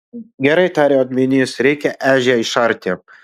gerai tarė odminys reikia ežią išarti